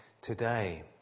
today